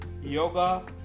yoga